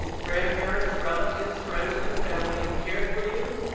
grandparents, relatives, friends of the family who cared for you,